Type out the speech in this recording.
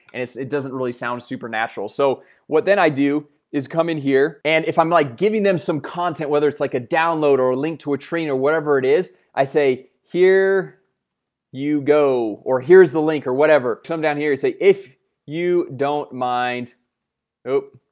and it doesn't really sound supernatural so what then i do is come in here and if i'm like giving them some content whether it's like a download or a link to a train or whatever it is i say here you go or here's the link or whatever come down here you say if you don't mind oh